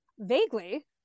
vaguely